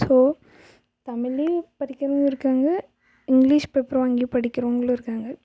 so தமிழ்லையும் படிக்கிறவங்க இருக்காங்க இங்கிலிஷ் பேப்பரும் வாங்கி படிக்கிறவங்களும் இருக்காங்க